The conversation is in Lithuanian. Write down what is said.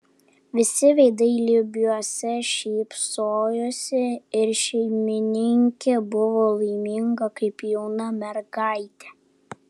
visi veidai lybiuose šypsojosi ir šeimininkė buvo laiminga kaip jauna mergaitė